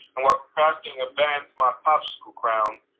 while crafting a band for my popsicle crown,